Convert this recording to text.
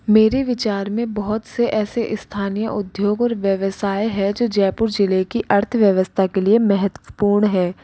मेरे विचार में बहुत से ऐसे स्थानीय उद्योग और व्यवसाय है जो जयपुर ज़िले की अर्थव्यवस्था के लिए महत्वपूर्ण है